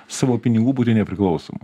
savo pinigų būti nepriklausomu